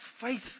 faith